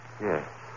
Yes